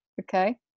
Okay